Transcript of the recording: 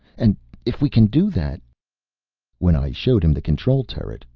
and if we can do that when i showed him the control turret,